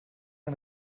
ein